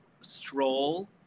Stroll